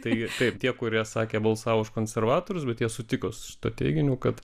taigi taip tie kurie sakė balsavo už konservatorius būties sutiko su šituo teiginiu kad